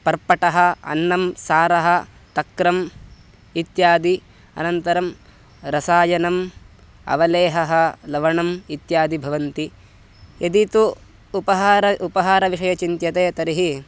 पर्पटः अन्नं सारः तक्रम् इत्यादि अनन्तरं रसायनम् अवलेहः लवणम् इत्यादि भवन्ति यदि तु उपाहारः उपाहारविषये चिन्त्यते तर्हि